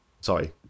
Sorry